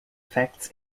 effects